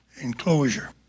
enclosure